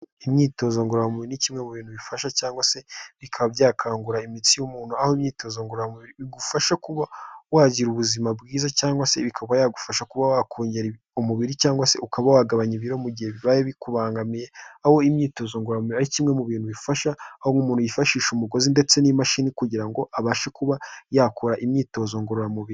Imyitozo ngororamubiri ni kimwe mu bintu bifasha cyangwa se bikaba byakangurira imitsi y'umuntu, aho imyitozo ngorora igufasha kuba wagira ubuzima bwiza cyangwa se bikaba yagufasha kuba wakongerare umubiri cyangwa se ukaba wagabanya ibiro mu gihe bi bikubangamiye. Aho imyitozo ngoromura ari kimwe mu bintu bifasha, aho umuntu yifashisha umugozi ndetse n'imashini kugira ngo abashe kuba yakora imyitozo ngororamubiri.